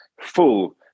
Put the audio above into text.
full